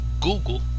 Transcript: Google